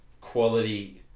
quality